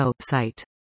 site